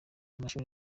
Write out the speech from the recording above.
amashuri